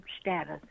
status